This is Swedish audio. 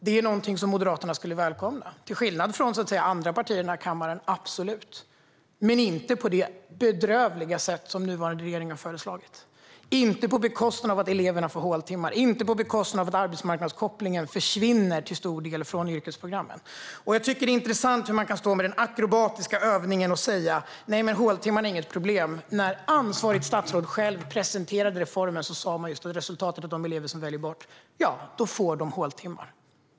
Det är någonting som Moderaterna till skillnad från andra partier i den här kammaren skulle välkomna, absolut - men inte på det bedrövliga sätt som den nuvarande regeringen föreslagit. Inte på bekostnad av att eleverna får håltimmar. Inte på bekostnad av att arbetsmarknadskopplingen till stor del försvinner från yrkesprogrammen. Jag tycker att det är en intressant akrobatisk övning att man står här och säger att håltimmarna inte är något problem. När ansvarigt statsråd presenterade reformen sa man om resultatet för de elever som väljer bort detta att ja, då får de håltimmar.